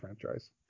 franchise